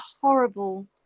horrible